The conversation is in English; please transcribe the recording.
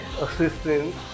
assistance